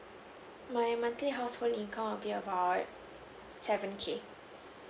my monthly household income would be about seven K